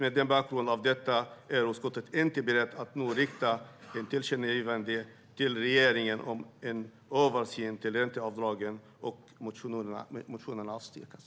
Mot bakgrund av detta är utskottet inte berett att nu rikta ett tillkännagivande till regeringen om en översyn av ränteavdragen, och motionerna avstyrks."